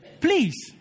please